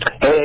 Hey